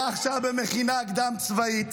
היה עכשיו במכינה קדם-צבאית.